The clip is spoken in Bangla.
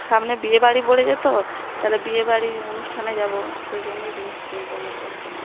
সামনে বিয়ে বাড়ি পড়েছে তো তালে বিয়ে বাড়ি অনুষ্ঠানে যাবো সেই জন্যেই কিনবো আপনার কাছ থেকে